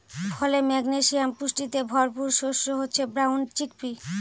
ফলে, ম্যাগনেসিয়াম পুষ্টিতে ভরপুর শস্য হচ্ছে ব্রাউন চিকপি